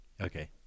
Okay